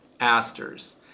aster's